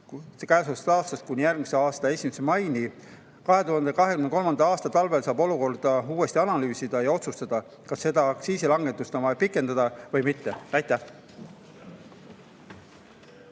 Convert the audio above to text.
aasta 1. maist kuni järgmise aasta 1. maini. 2023. aasta talvel saab olukorda uuesti analüüsida ja otsustada, kas seda aktsiisilangetust on vaja pikendada või mitte. Aitäh!